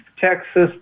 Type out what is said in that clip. Texas